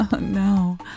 No